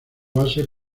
base